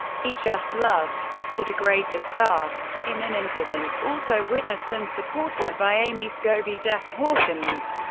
he just loved to degrade the staff. in an incident also witnessed and supported by amy scobee, jeff hawkins,